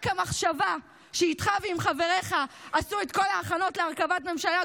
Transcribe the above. רק המחשבה שאיתך ועם חבריך עשו את כל ההכנות להרכבת ממשלה,